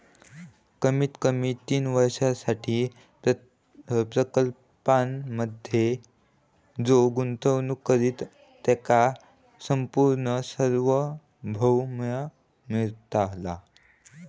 कमीत कमी तीन वर्षांसाठी प्रकल्पांमधे जो गुंतवणूक करित त्याका संपूर्ण सार्वभौम मिळतला